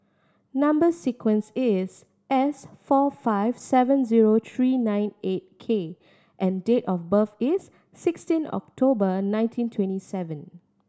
number sequence is S four five seven zero three nine eight K and date of birth is sixteen October nineteen twenty seven